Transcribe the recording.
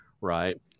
Right